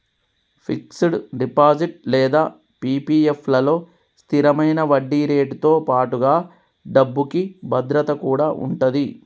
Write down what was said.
fixed deposit లేదా PPF లలో స్థిరమైన వడ్డీరేటుతో పాటుగా డబ్బుకి భద్రత కూడా ఉంటది